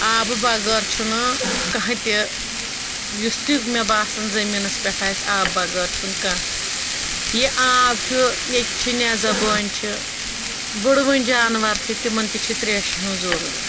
آبہٕ بغٲر چھُنہٕ کانٛہہ تہِ یُس تہِ مےٚ باسان زٔمیٖنس پٮ۪ٹھ آسہِ آب بغٲر چھُنہٕ کانٛہہ یہِ آب چھُ ییٚکہِ چھِ نےٚ زبٲنۍ چھِ ؤڑوٕنۍ جانور چھِ تِمن تہِ چھ تریشہِ ہُنٛز ضروٗرت